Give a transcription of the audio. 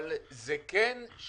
אבל באוצר יש את הגמישות.